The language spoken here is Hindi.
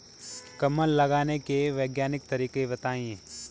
कमल लगाने के वैज्ञानिक तरीके बताएं?